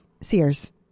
Sears